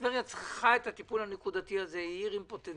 בטווח קצר לשפר את התשתיות ושהיא תהיה עיר יותר